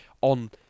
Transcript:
on